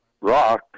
rock